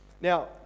Now